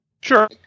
Sure